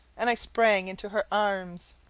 and i sprang into her arms!